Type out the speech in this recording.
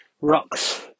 rocks